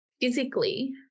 physically